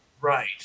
Right